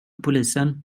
polisen